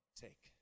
take